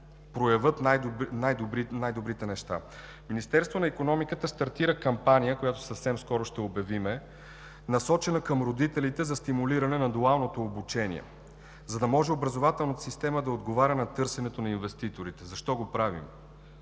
проявят най-добрите неща. Министерството на икономиката стартира кампания, която съвсем скоро ще обявим, насочена към родителите за стимулиране на дуалното обучение, за да може образователната система да отговаря на търсенето на инвеститорите. Защо го правим?